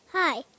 Hi